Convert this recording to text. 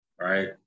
right